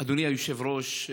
אדוני היושב-ראש,